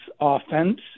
offense